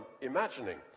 imagining